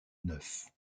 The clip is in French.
neuf